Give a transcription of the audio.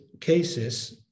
cases